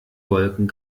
wolken